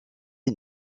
est